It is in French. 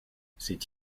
c’est